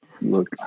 look